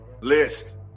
List